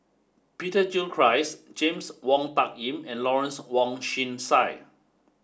Peter Gilchrist James Wong Tuck Yim and Lawrence Wong Shyun Tsai